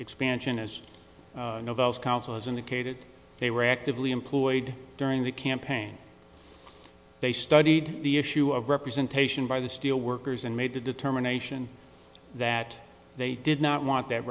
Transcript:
indicated they were actively employed during the campaign they studied the issue of representation by the steelworkers and made a determination that they did not want that